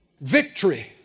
Victory